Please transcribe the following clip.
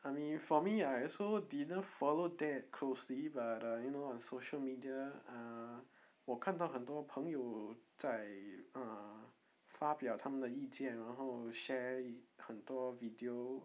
I mean for me I also didn't follow that closely but uh you know on social media err 我看到很多朋友在 uh 发表他们的意见然后 share 很多 video